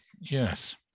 Yes